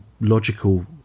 logical